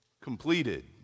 completed